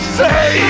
say